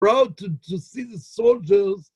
אני גאה לראות את החיילים.